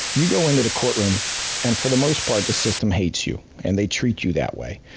you go into the court room and for the most part the system hates you, and they treat you that way.